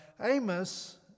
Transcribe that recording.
Amos